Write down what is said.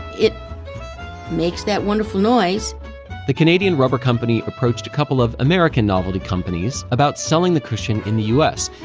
it makes that wonderful noise the canadian rubber company approached a couple of american novelty companies about selling the cushion in the u s.